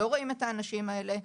לא רואים את האנשים האלה.